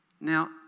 Now